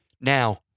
Now